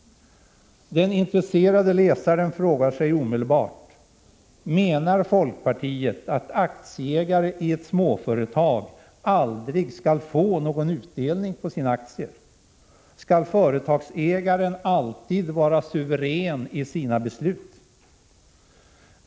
Den intresserade läsaren frågar sig omedelbart: Menar folkpartiet att aktieägare i ett småföretag aldrig skall få någon utdelning på sina aktier? Skall företagsägaren alltid vara suverän i sina beslut?